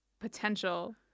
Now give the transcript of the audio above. potential